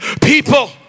people